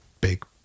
big